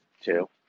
two